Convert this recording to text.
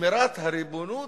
שמירת הריבונות